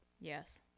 Yes